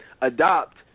adopt